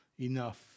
enough